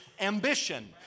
ambition